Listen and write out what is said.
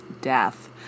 death